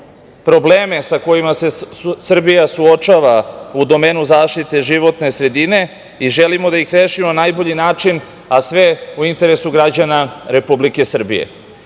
probleme sa kojima se Srbija suočava u domenu zaštite životne sredine i želimo da ih rešimo na najbolji način, a sve u interesu građana Republike Srbije. Kada